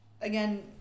again